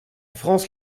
france